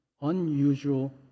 unusual